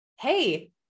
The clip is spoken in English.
hey